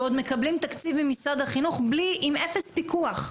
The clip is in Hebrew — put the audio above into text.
ועוד מקבלים תקציב ממשרד החינוך עם אפס פיקוח.